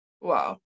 Wow